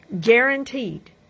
Guaranteed